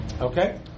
Okay